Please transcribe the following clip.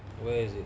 where is it